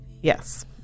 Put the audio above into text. Yes